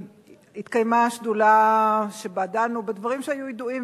התקיימה שדולה שבה דנו בדברים שהיו ידועים,